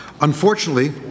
Unfortunately